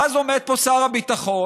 ואז עומד פה שר הביטחון